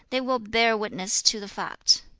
they will bear witness to the fact